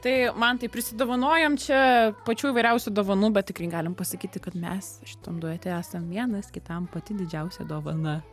tai mantai prisidovanojam čia pačių įvairiausių dovanų bet tikrai galim pasakyti kad mes šitam duete esam vienas kitam pati didžiausia dovana